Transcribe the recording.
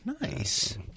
nice